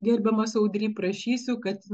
gerbiamas audry prašysiu kad